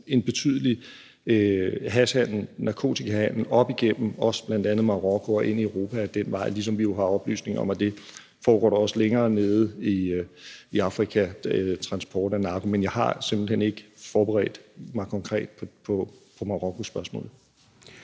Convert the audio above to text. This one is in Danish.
en betydelig hashhandel og narkotikahandel op igennem bl.a. Marokko og ind i Europa, den vej, ligesom vi jo har oplysninger om, at der også længere nede i Afrika foregår transport af narko. Men jeg har simpelt hen ikke forberedt mig konkret på Marokkospørgsmålet.